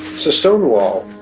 so stonewall,